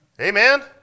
Amen